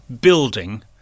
building